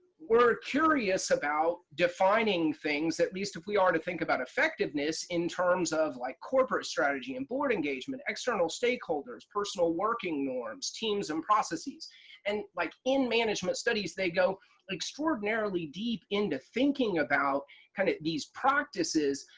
we're curious about defining things, at least if we are to think about effectiveness in terms of like corporate strategy and board engagement, external external stakeholders, personal working norms, teams and processes and like in management studies they go extraordinarily deep into thinking about kind of these practices,